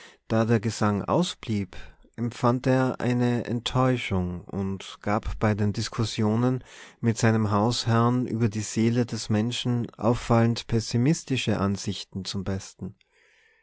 da der gesang ausblieb empfand er eine enttäuschung und gab bei den diskussionen mit seinem hausherrn über die seele des menschen auffallend pessimistische ansichten zum besten